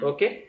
Okay